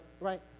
Right